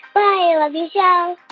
i love your show